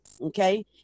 okay